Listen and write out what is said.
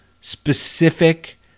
specific